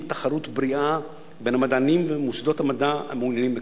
תחרות בריאה בין המדענים ומוסדות מדע המעוניינים בכך.